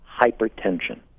hypertension